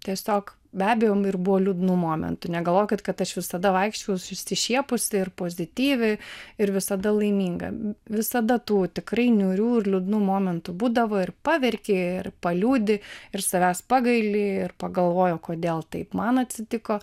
tiesiog be abejo ir buvo liūdnų momentų negalvokit kad aš visada vaikščiojau išsišiepusi ir pozityvi ir visada laiminga visada tų tikrai niūrių ir liūdnų momentų būdavo ir paverki ir paliūdi ir savęs pagaili ir pagalvoji o kodėl taip man atsitiko